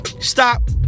Stop